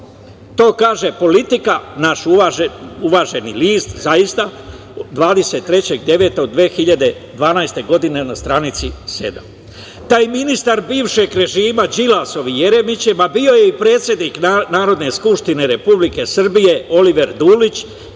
To kaže „Politika“, naš uvaženi list, zaista, 23. septembra 2012. godine na stranici sedam. Taj ministar bivšeg režima, Đilasov i Jeremićev, a bio je i predsednik Narodne skupštine Republike Srbije, Oliver Dulić,